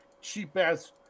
cheap-ass